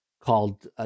called